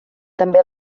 també